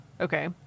Okay